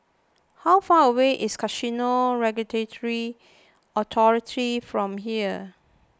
how far away is Casino Regulatory Authority from here